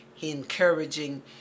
encouraging